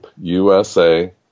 usa